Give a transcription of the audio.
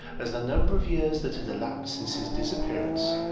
as the number of years that had elapsed since his disappearance,